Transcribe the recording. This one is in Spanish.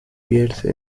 pierce